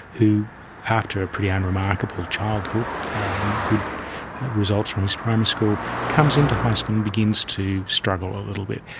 who after a pretty unremarkable childhood and good results from his primary school, comes into high school and begins to struggle a little bit.